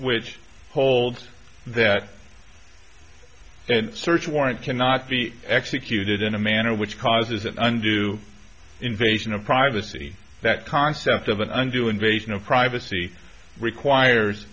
which holds that search warrant cannot be executed in a manner which causes it under invasion of privacy that concept of an undertow invasion of privacy requires